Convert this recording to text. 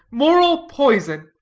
moral poison.